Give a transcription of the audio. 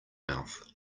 mouth